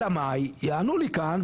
אלא מה יענו לי כאן,